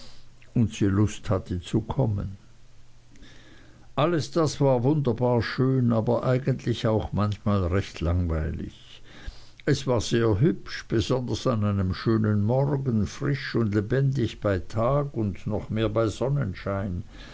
und sie lust hatte zu kommen alles das war wunderbar schön aber eigentlich auch manchmal recht langweilig es war sehr hübsch besonders an einem schönen morgen frisch und lebendig bei tag und noch mehr bei sonnenschein